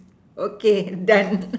okay done